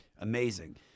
Amazing